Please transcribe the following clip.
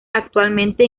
actualmente